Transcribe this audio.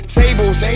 tables